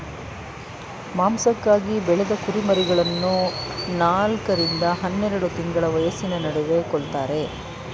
ಮಾಂಸಕ್ಕಾಗಿ ಬೆಳೆದ ಕುರಿಮರಿಗಳನ್ನು ನಾಲ್ಕ ರಿಂದ ಹನ್ನೆರೆಡು ತಿಂಗಳ ವಯಸ್ಸಿನ ನಡುವೆ ಕೊಲ್ತಾರೆ